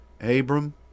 Abram